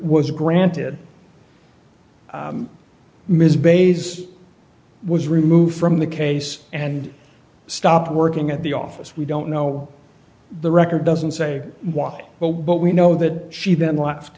was granted ms bass was removed from the case and stopped working at the office we don't know the record doesn't say why well but we know that she then left